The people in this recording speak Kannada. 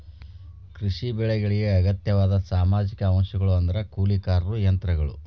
ಕೃಷಿ ಬೆಳೆಗಳಿಗೆ ಅಗತ್ಯವಾದ ಸಾಮಾಜಿಕ ಅಂಶಗಳು ಅಂದ್ರ ಕೂಲಿಕಾರರು ಯಂತ್ರಗಳು